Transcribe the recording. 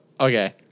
Okay